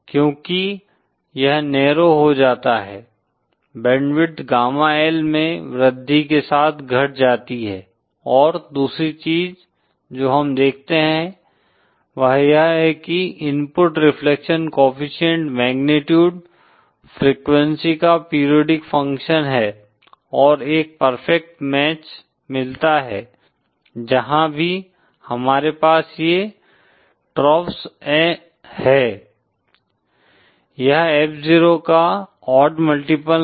क्योंकि यह नैरो हो जाता है बैंडविड्थ गामा L में वृद्धि के साथ घट जाती है और दूसरी चीज जो हम देखते हैं वह यह है कि input reflection coefficient magnitude frequency का पीरियाडिक फंक्शन है और एक परफेक्ट मैच मिलता है जहां भी हमारे पास ये ट्रफ्स हैं यह F0 का ऑड मल्टीपल है